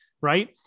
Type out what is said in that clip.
right